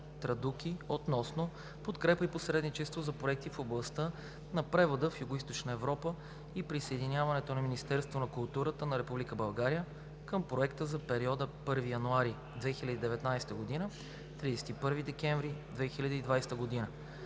„Традуки“ относно подкрепа и посредничество за проекти в областта на превода в Югоизточна Европа и присъединяването на Министерството на културата на Република България към проекта за периода 1 януари 2019 г. – 31 декември 2020 г.,